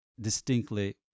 distinctly